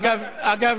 אגב, אגב,